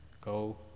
go